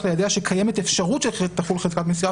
ליידע שקיימת אפשרות שתחול חזקת מסירה,